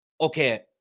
okay